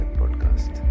podcast